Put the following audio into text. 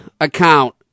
account